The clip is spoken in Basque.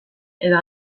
edo